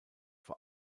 vor